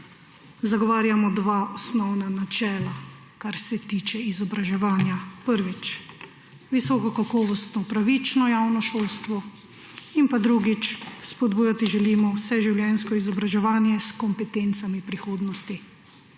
zagovarjamo dve osnovni načeli, kar se tiče izobraževanja: prvič, visokokakovostno in pravično javno šolstvo, in drugič, spodbujati želimo vseživljenjsko izobraževanje s kompetencami prihodnosti,